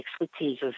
expertise